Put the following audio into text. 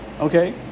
Okay